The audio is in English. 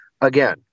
again